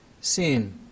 sin